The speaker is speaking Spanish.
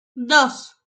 dos